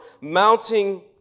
mounting